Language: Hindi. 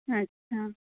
अच्छा